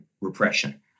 repression